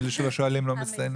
אלה שלא שואלים לא מצטיינים.